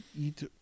eat